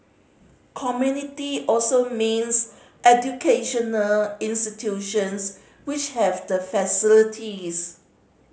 community also means educational institutions which have the facilities